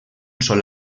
sol